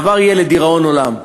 הדבר יהיה לדיראון עולם,